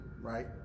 right